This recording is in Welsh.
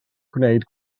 gwneud